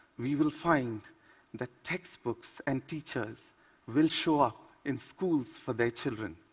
we will find that textbooks and teachers will show up in schools for their children.